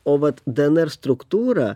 o vat dnr struktūrą